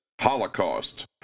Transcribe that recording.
Holocaust